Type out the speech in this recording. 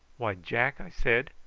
why, jack, i said,